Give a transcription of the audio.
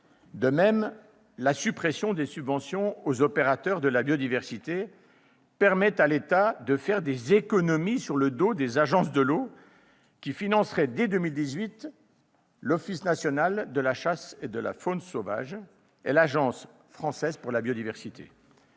De même, la suppression des subventions aux opérateurs de la biodiversité permet à l'État de faire des économies sur le dos des agences de l'eau, qui financeraient, dès 2018, l'Office national de la chasse et de la faune sauvage et l'Agence française pour la biodiversité.